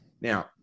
Now